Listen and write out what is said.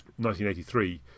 1983